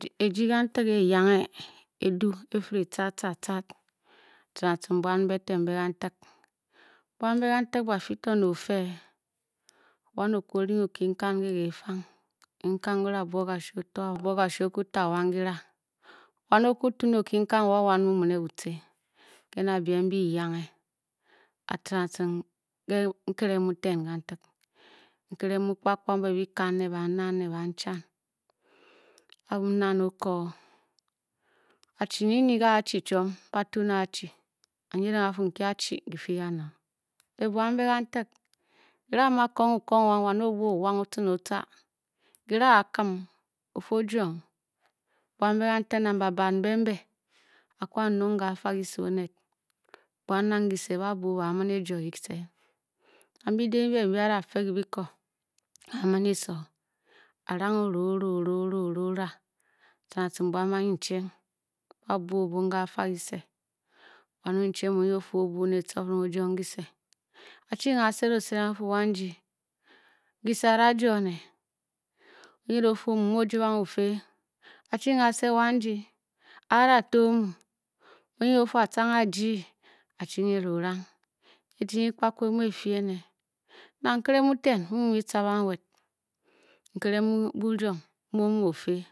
Ejii kantig e-yanghe. edu e-fíré tcad-tcad-tcad atciring atciring buan mbe ten mbê gantig, buan mbe gantig ba-fù to ne ofe. wan O-kwu o-ri okun kan ke geh fang, okinkan nke o-da. buop kashuu-ota o. oøbuop kashuu. okwu ta-wan kíra. wan o-kwu twrh okinkan wa wan mu mu ne butce. ke na. biem bė nyange atciring atciring ge nkere muten gantig. nkere mu kpakpa muu be byikan, ne ba-ana ne banchan a-nnan o-ko, achi nyi nyi. gé a-chi chiom, ba-tun o-achi a-nyiding a-fuu nki a-chi ki-fii kamong bot buan mbe kantig kireng a-mmuu. a-kong o-kong wan, wan, o- wa, owang o-tcin otca. ki ra a-kim o-fii o-jong, buam mbe kantig nang babacell mbe mbe, a-kwu a-nyung kà-fa kise owed. buan nang kise babwu ba-a mane-juo kise Nang bi de mbyi be mbyi ba da fe ke biko ba-a maneso. a-rang. o-ra ora. ora. ora ora. ora. ora, Atciring atciring buam banyi chay babwu O-bung ga fa kise Wan onyi chang mu enyi duy o-fuu o-o bwu ne tcifuring o-juong kise, ba chi ga esedang o-sedeng a-fuu wan jii kise. a a dajuo ne?. O-nyiding o-fuu, omu mu o-juab ang o-fii, a-ching a sed, wan jii a-a. da to omu? mu o-myiding o-fu atcang. ejii myi kpa kpa e-mu-e-fii ene.